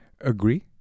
Agree